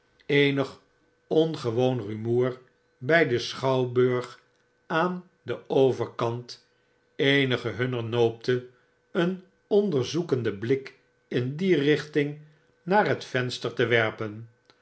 eenig ongewoon rumoer by den schouwburg aan den overkant eenige hunner noopte een onderzoekenden blik in die richting naar het venster te werpen